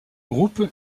groupe